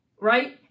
Right